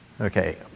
Okay